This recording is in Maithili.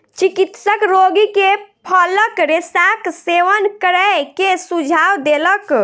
चिकित्सक रोगी के फलक रेशाक सेवन करै के सुझाव देलक